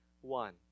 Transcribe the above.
one